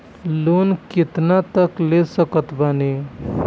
Loan कितना तक ले सकत बानी?